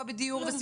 בדיור,